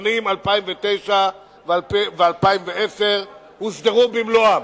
בשנים 2009 ו-2010, הוסדרו במלואם.